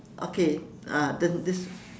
okay uh then this